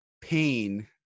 pain